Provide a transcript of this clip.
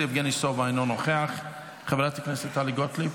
יבגני סובה, אינו נוכח, חברת הכנסת טלי גוטליב,